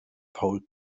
paul